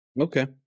okay